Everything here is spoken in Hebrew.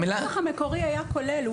הנוסח המקורי היה כולל.